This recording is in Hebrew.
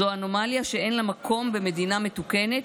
זו אנומליה שאין לה מקום במדינה מתוקנת,